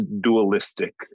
dualistic